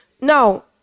now